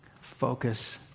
focus